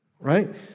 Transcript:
right